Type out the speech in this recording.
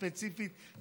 ספציפית,